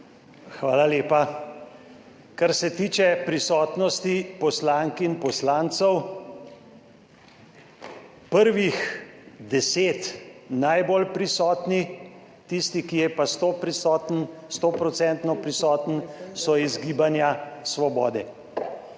Hvala lepa. Kar se tiče prisotnosti poslank in poslancev, prvih deset najbolj prisotni, tisti, ki je pa sto prisoten, sto procentno